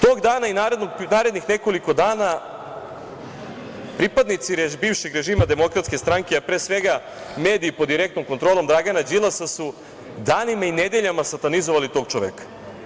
Tog dana i narednih nekoliko dana pripadnici bivšeg režima DS, pre svega mediji pod direktnom kontrolom Dragana Đilasa su danima i nedeljama satanizovali tog čoveka.